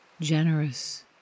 generous